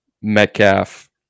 Metcalf